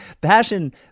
Passion